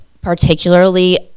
particularly